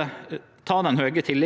til ny vallov